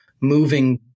moving